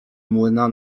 młyna